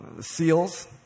seals